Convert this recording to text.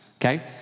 okay